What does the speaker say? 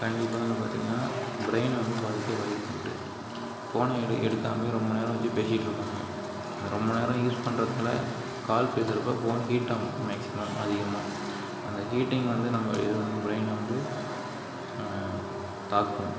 கண்டிப்பாக வந்து பார்த்திங்கனா பிரைனை வந்து பாதிக்க வாய்ப்பு உண்டு ஃபோனை எடுக்காமல் ரொம்ப நேரம் வச்சு பேசிகிட்டு இருப்பாங்க ரொம்ப நேரம் யூஸ் பண்ணுறதுனால கால் பேசுகிறப்ப ஃபோன் ஹீட் ஆகும் மாக்ஸிமம் அதிகமாக அந்த ஹீட்டிங் வந்து நம்ம இது வந்து பிரைனை வந்து தாக்கும்